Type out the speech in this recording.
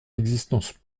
existence